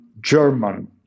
German